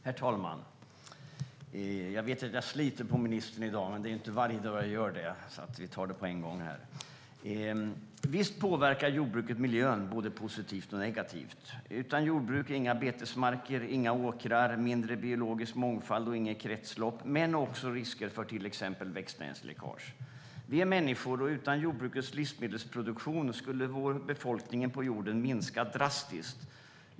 Herr talman! Jag sliter på ministern i dag. Men det gör jag inte varje dag. Vi tar alltså allting på en gång. Visst påverkar jordbruket miljön, både positivt och negativt. Utan jordbruk har vi inga betesmarker, inga åkrar, mindre biologisk mångfald och inget kretslopp. Men det finns också risk för till exempel växtnäringsläckage. Vi är människor, och utan jordbrukets livsmedelsproduktion skulle befolkningen på jorden minska drastiskt.